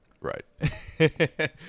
right